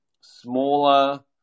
smaller